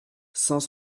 cent